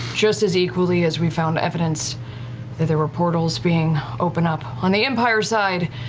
just as equally as we found evidence that there were portals being opened up on the empire side,